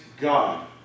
God